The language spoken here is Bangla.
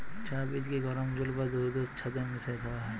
চাঁ বীজকে গরম জল বা দুহুদের ছাথে মিশাঁয় খাউয়া হ্যয়